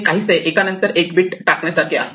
हे काहीसे एका नंतर एक बीट टाकण्यासारखे आहेत